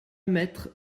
mettre